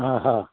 हा हा